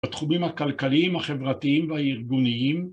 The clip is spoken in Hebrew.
בתחומים הכלכליים, החברתיים והארגוניים